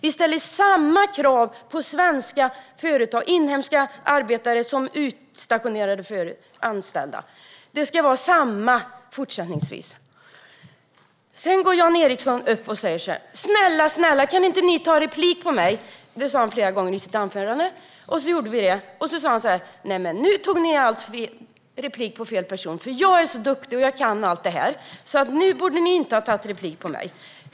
Vi ställer samma krav för inhemska arbetare som för utstationerade anställda. Det ska vara samma i fortsättningen. Jan Ericson gick upp och sa: Snälla, kan ni inte ta replik på mig? Det sa han flera gånger i sitt anförande. Och så gjorde vi det. Sedan sa han: Nej, nu tog ni allt replik på fel person. Jag är så duktig och kan allt detta, så nu borde ni inte ha tagit replik på mig.